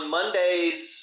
Mondays